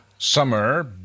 Summer